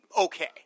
Okay